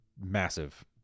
massive